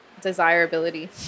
desirability